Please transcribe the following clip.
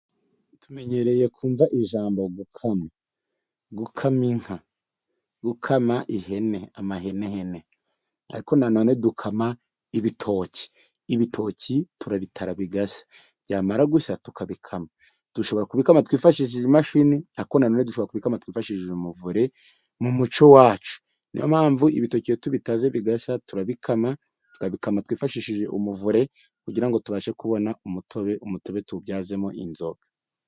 Tumenyereye kumva ijambo gukama gukama inka gukama ihene, amahenehene ariko na none dukama ibitoki, ibitoki turabitara bigashya byamara gushya tukabikama, dushobora kubikama twifashishije iyi mashini ariko nanone twabikama twifashishije umuvure mu muco wacu. Ni yo mpamvu ibitoki iyo tubitaze bigashya turabikama tukabikama twifashishije umuvure kugira ngo tubashe kubona umutobe, umutobe tuwubyazemo inzoga.